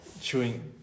Chewing